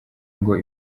ngo